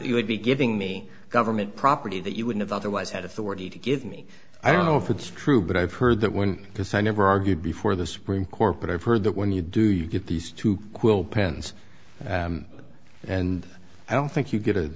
you would be giving me government property that you would have otherwise had authority to give me i don't know if it's true but i've heard that one because i never argued before the supreme court but i've heard that when you do you get these two quill pens and i don't think you get a